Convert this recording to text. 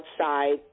outside